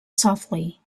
softly